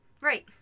Right